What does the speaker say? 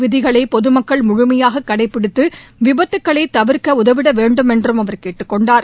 விதிகளை பொதுமக்கள் முழுமையாக கடைபிடித்து விபத்துக்களை தவிர்க்க உதவிட சாலை வேண்டுமென்றும் அவர் கேட்டுக் கொண்டார்